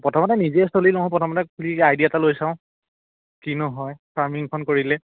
প্ৰথমতে নিজেই চলি লওঁ প্ৰথমতে খুলি আইডিয়া এটা লৈ চাওঁ কিনো নহয় ফাৰ্মিংখন কৰিলে